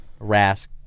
Rask